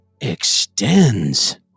extends